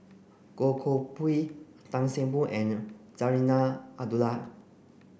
Goh Koh Pui Tan Seng Poh and Zarinah Abdullah